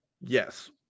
Yes